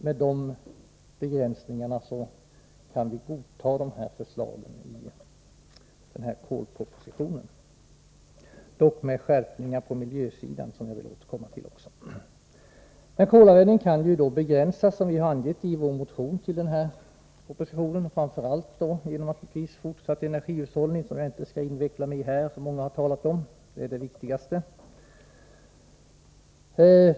Med dessa begränsningar kan vi godta förslagen i kolpropositionen, dock med skärpning på miljösidan, vilket jag också skall återkomma till. Kolanvändningen kan begränsas, vilket vi har angivit i vår motion till denna proposition, framför allt naturligtvis genom en fortsatt energihushållning, vilket många har talat om men som jag inte skall inveckla mig i här. Energihushållningen är det viktigaste.